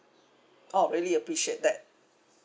orh really appreciate that